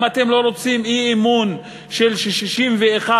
אם אתם לא רוצים אי-אמון של 61,